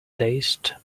taste